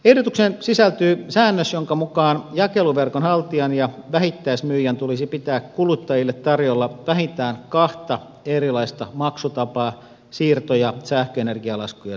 ehdotukseen sisältyy säännös jonka mukaan jakeluverkon haltijan ja vähittäismyyjän tulisi pitää kuluttajille tarjolla vähintään kahta erilaista maksutapaa siirto ja sähköenergialaskujen maksamiseen